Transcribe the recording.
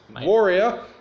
warrior